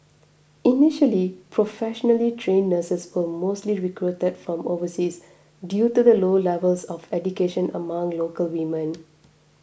initially professionally trained nurses were mostly recruited that from overseas due to the low levels of education among local women